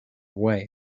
way